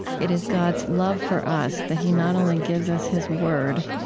it is god's love for us that he not only gives us his word,